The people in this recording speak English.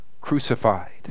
crucified